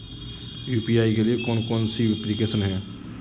UPI के लिए कौन कौन सी एप्लिकेशन हैं?